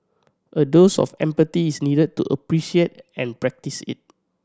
a dose of empathy is needed to appreciate and practice it